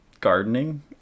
gardening